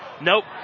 Nope